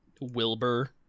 Wilbur